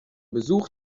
besuch